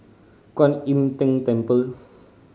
Kwan Im Tng Temple